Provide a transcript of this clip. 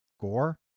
gore